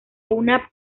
una